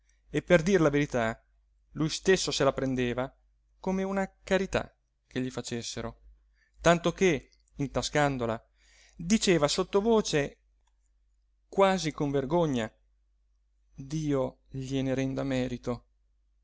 e per dir la verità lui stesso se la prendeva come una carità che gli facessero tanto che intascandola diceva sottovoce quasi con vergogna dio gliene renda merito